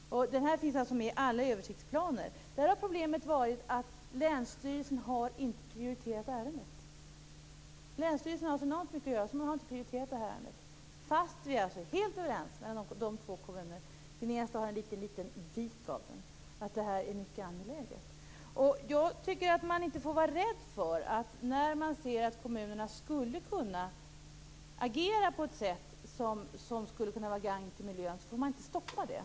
Den finns också med i alla översiktsplaner. Problemet har varit att Länsstyrelsen har så mycket att göra att man inte har prioriterat ärendet, fast de två kommunerna - en liten vik av sjön ligger i Gnesta - är helt överens om att detta är mycket angeläget. När man ser att kommunerna skulle kunna agera på ett sätt som gagnar miljön får man inte vara rädd för att stoppa detta.